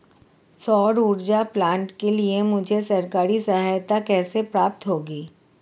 सौर ऊर्जा प्लांट के लिए मुझे सरकारी सहायता कैसे प्राप्त होगी?